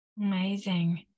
Amazing